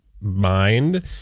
mind